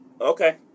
Okay